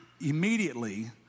immediately